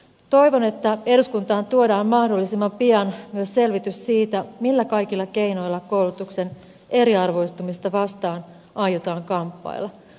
toivon että eduskuntaan tuodaan mahdollisimman pian myös selvitys siitä millä kaikilla keinoilla koulutuksen eriarvoistumista vastaan aiotaan kamppailla